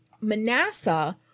Manasseh